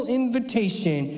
invitation